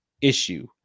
issue